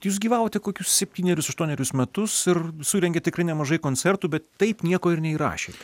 jūs gyvavote kokius septynerius aštuonerius metus ir surengėt tikrai nemažai koncertų bet taip nieko ir neįrašėte